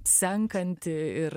senkantį ir